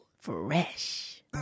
Fresh